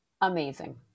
amazing